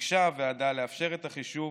ביקשה הוועדה לאפשר את החישוב